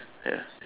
ya